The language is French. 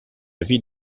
vie